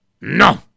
No